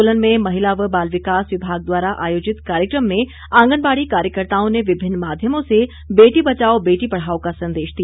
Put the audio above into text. सोलन में महिला व बाल विकास विभाग द्वारा आयोजित कार्यक्रम में आंगनबाड़ी कार्यकर्त्ताओं ने विभिन्न माध्यमों से बेटी बचाओ बेटी पढ़ाओ का संदेश दिया